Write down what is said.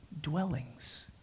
dwellings